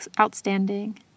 outstanding